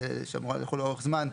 שאמורה לחול לאורך זמן,